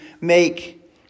make